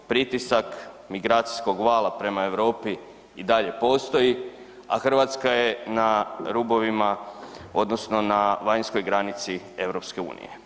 Pritisak migracijskog vala prema Europi i dalje postoji, a Hrvatska je na rubovima, odnosno na vanjskoj granici EU.